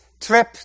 trip